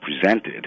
presented